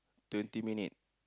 twenty minute